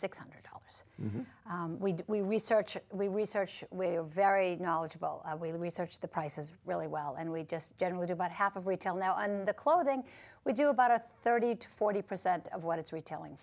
six hundred dollars we research we research we're very knowledgeable i will research the prices really well and we just generally do about half of retail now and the clothing we do about a thirty to forty percent of what it's retailing